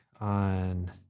on